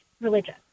religion